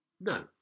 no